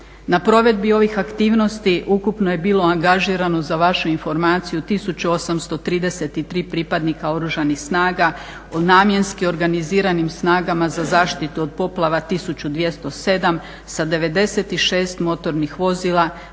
Na provedbi ovih aktivnosti ukupno je bilo angažirano za vašu informaciju 1833 pripadnika Oružanih snaga, u namjenski organiziranim snagama za zaštitu od poplava 1207 sa 96 motornih vozila,